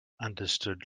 understood